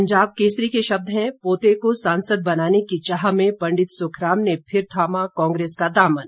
पंजाब केसरी के शब्द हैं पोते को सांसद बनाने की चाह में पंडित सुखराम ने फिर थामा कांग्रेस का दामन